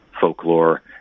folklore